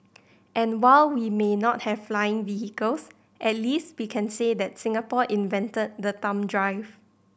and while we may not have flying vehicles at least we can say that Singapore invented the thumb drive